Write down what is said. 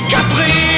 Capri